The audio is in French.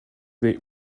des